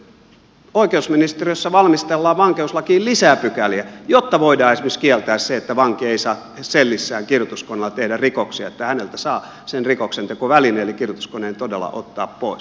no nyt oikeusministeriössä valmistellaan vankeuslakiin lisää pykäliä jotta voidaan esimerkiksi kieltää se että vanki ei saa sellissään kirjoituskoneella tehdä rikoksia että häneltä saa sen rikoksentekovälineen eli kirjoituskoneen todella ottaa pois